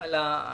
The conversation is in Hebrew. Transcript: על --- התעצמות.